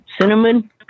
cinnamon